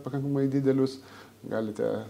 pakankamai didelius galite